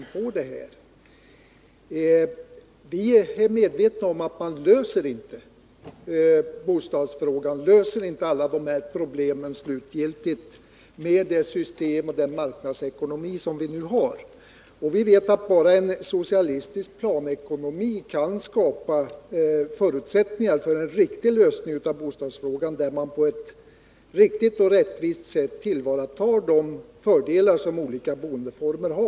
Vi inom vänsterpartiet kommunisterna är medvetna om att man inte slutgiltigt löser alla de problem som finns i samband med bostadsfrågan med det system och den marknadsekonomi som nu råder. Vi vet att bara en socialistisk planekonomi kan skapa förutsättningar för en god lösning av bostadsfrågan, där man på ett riktigt och rättvist sätt tillvaratar de fördelar som olika boendeformer har.